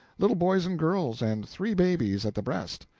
little boys and girls, and three babies at the breast.